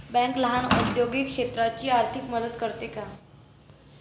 Bank लहान औद्योगिक क्षेत्राची आर्थिक मदत करते का?